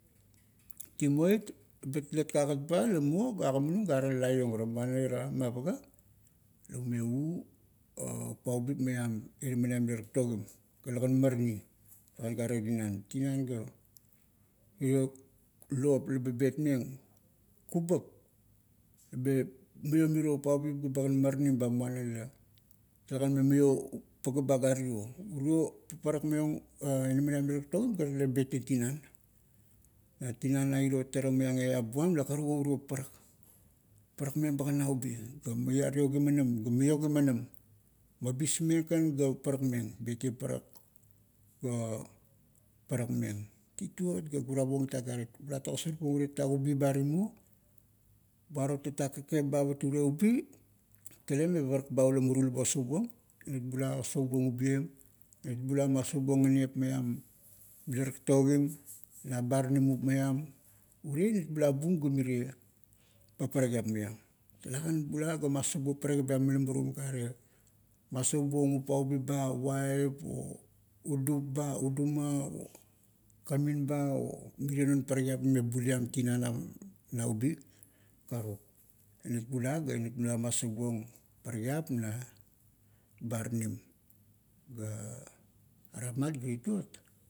Timoit, ebat talet kagat ba la muo ga agamanung gare la laiong ora, muana ira mapaga? La me u upaubip maiam inamaniap mila taktogim, ga talegan marani gare tinan. Tinan ga, mirie lop laba betmeng, kubap, me maiom miro upaubip ga bagan maranim ba, muana la, talegan me maio paga ba gare rio. Urio parak maiong ina maniap mila taktogim, ga tale betieng tinan, tinan na iro tara maiang eap buam la karuk o urio parak, parakmeng bagan naubi, ga miario kimanam, ga mio kimanam, mabismeng kan ga parakmeng, betieng parak ga parakmeng. Tituot ga gurabuong it afarit. Bulat ogasarbuong irie tatak ubi ba timo, buaro tatak kakep ba pat urie ubi, tale me parak ba ula muru meba osoubuong inat bula osoubuong ubiem, inat bula masaubuong nganep maiam mila taktogim na baranimup maiam, urie, inat bula bum ga mirie paparakiap maiam. Talagan bula ga masaubuong parakip ba mila murum gare, masaubuong upaubip ba, uaip o udup ba, uduma o kamin ba o, mirie non parakiap lame buliam tinan naubi. karuk". Inat bula ga inat masaubuong parakiap na baranim. Ga, are rapmat ga tituot,